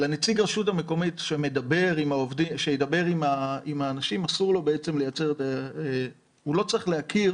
הרשות המקומית שידבר עם האנשים, הוא לא צריך להכיר